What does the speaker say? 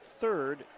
third